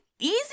easy